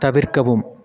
தவிர்க்கவும்